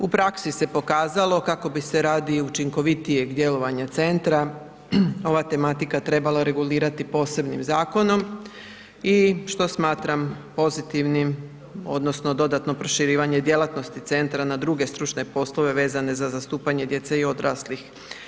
U praksi se pokazalo kako bi se radi učinkovitijeg djelovanja centra ova tematika trebala regulirati posebnim zakonom i što smatram pozitivnim odnosno dodatno proširivanje djelatnosti centra na druge stručne poslove vezane za zastupanje djece i odraslih.